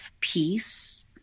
peace